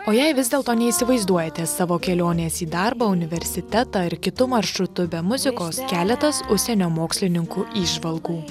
o jei vis dėlto neįsivaizduojate savo kelionės į darbą universitetą ar kitu maršrutu be muzikos keletas užsienio mokslininkų įžvalgų